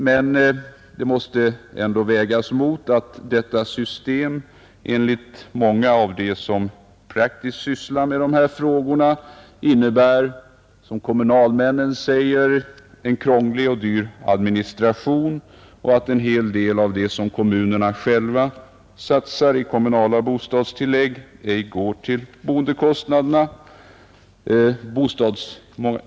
Men detta måste ändå vägas mot att detta system enligt många av dem som praktiskt sysslar med de här frågorna innebär, som kommunalmännen säger, en krånglig och dyr administration och att en hel del av det som kommunerna själva satsar i kommunala bostadstillägg ej går till boendekostnaderna.